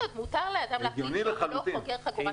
מה זאת אומרת מוחלט לאדם להחליט שהוא לא חוגר חגורת בטיחות?